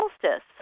solstice